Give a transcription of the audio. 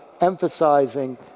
emphasizing